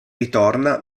ritorna